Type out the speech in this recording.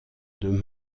deux